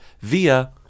via